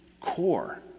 core